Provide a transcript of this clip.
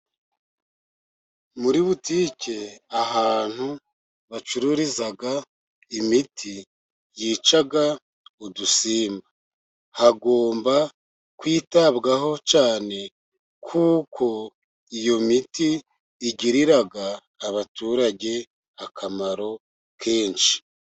Muri butike ahantu bacururiza imiti yica udusimba, hagomba kwitabwaho cyane, kuko iyo miti igirira abaturage akamaro kenshi.